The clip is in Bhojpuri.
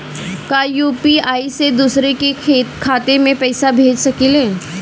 का यू.पी.आई से दूसरे के खाते में पैसा भेज सकी ले?